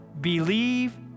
believe